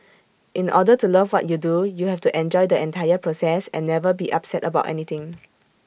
in order to love what you do you have to enjoy the entire process and never be upset about anything